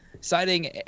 Citing